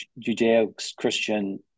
Judeo-Christian